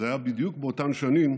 זה היה בדיוק באותן שנים